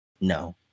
No